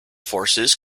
forces